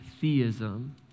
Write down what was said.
theism